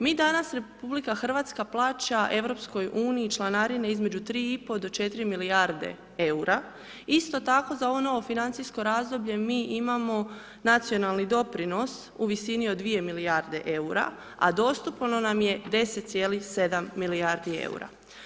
Mi danas, RH, plaća EU, članarinu između 3,5 do 4 milijarde eura, isto tako za ono financijsko razdoblje mi imamo nacionalni doprinos u visini od dvije milijarde eura, a dostupno nam je 10,7 milijardi eura.